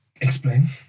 Explain